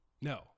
No